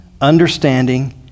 understanding